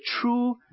true